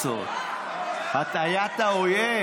הטעיית האויב.